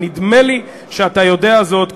ונדמה לי שאתה יודע זאת,